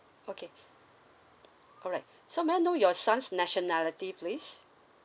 okay alright so may I know your son's nationality please